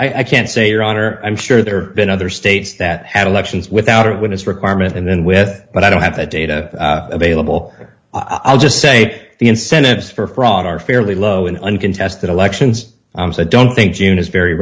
sure i can't say your honor i'm sure there been other states that had elections without a witness requirement and then with but i don't have the data available or i'll just say the incentives for fraud are fairly low in uncontested elections i'm so i don't think june is very